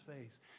face